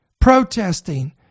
protesting